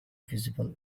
visible